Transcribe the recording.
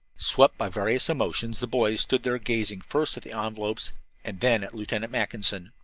swept by various emotions, the boys stood there gazing first at the envelopes and then at lieutenant mackinson.